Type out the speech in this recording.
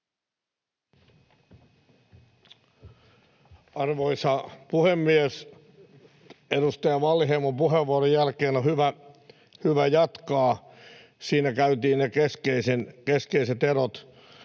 Arvoisa puhemies! Edustaja Wallinheimon puheenvuoron jälkeen on hyvä jatkaa. Siinä käytiin ne keskeiset erot